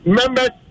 members